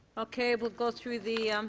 okay. we'll go through the